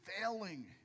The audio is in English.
failing